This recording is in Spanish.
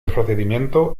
procedimiento